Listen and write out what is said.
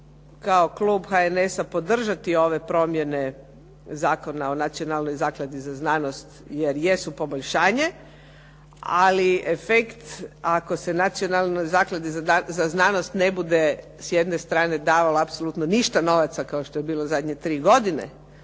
kao klub HNS-a podržati ove promjene Zakona o Nacionalnoj zakladi za znanost jer jesu poboljšanje, ali efekt ako se Nacionalnoj zakladi za znanost ne bude s jedne strane davalo apsolutno ništa novaca kao što je bilo zadnje tri godine